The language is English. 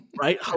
Right